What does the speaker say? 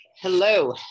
Hello